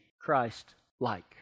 Christ-like